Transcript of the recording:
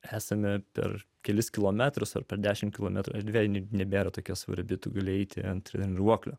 esame per kelis kilometrus ar per dešim kilometrų erdvėje nebent tokia svarbi tu gali eiti ant treniruoklio